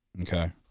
Okay